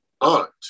aunt